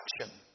action